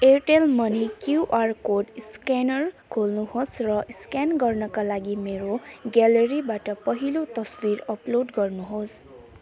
Airtel money Q R code scanner खोल्नुहोस् र scan गर्नाका लागि मेरो ग्यालेरीबाट पहिलो तस्विर अपलोड गर्नुहोस्